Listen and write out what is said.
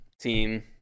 team